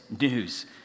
news